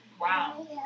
Wow